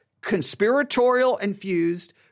conspiratorial-infused